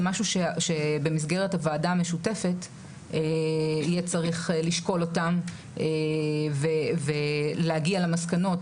זה משהו שבמסגרת הוועדה המשותפת יהיה צריך לשקול אותם ולהגיע למסקנות,